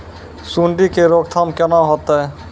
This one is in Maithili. सुंडी के रोकथाम केना होतै?